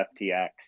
FTX